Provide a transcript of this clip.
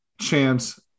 chance